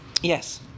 Yes